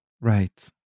right